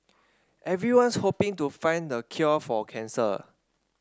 everyone's hoping to find the cure for cancer